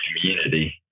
community